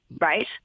right